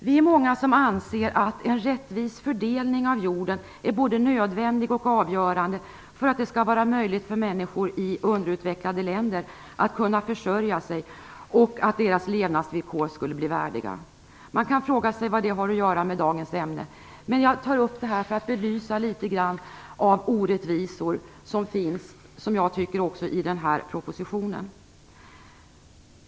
Vi är många som anser att en rättvis fördelning av jorden är både nödvändig och avgörande för att det skall vara möjligt för människor i underutvecklade länder att försörja sig och för att deras levnadsvillkor skall bli värdiga. Man kan fråga sig vad detta har att göra med dagens ämne. Jag tar upp det här för att belysa de orättvisor som jag tycker finns också i den här propositionen.